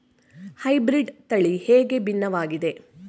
Hybrid ತಳಿ ಹೇಗೆ ಭಿನ್ನವಾಗಿದೆ?